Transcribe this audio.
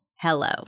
hello